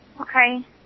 Okay